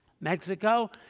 Mexico